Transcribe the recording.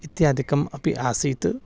इत्यादिकम् अपि आसीत्